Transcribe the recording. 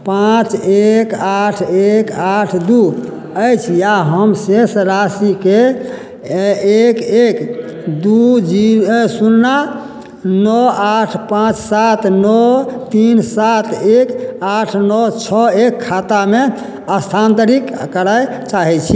पाँच एक आठ एक आठ दू अछि या हम शेष राशिके एक एक दू जी शून्ना नओ आठ पाँच सात नओ तीन सात एक आठ नओ छओ एक खातामे स्थान्तरित करय चाहै छी